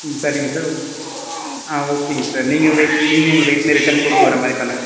ம் சரிங்க சார் ஆ ஓகேங்க சார் நீங்கள் வெயிட் நீங்கள் வெயிட் பண்ணி ரிட்டன் கூப்பிட்டு வர மாதிரி தானே